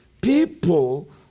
people